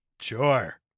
Sure